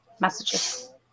messages